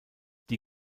die